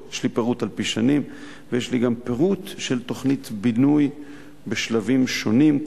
יש לי פירוט על-פי שנים ויש לי גם פירוט של תוכנית בינוי בשלבים שונים,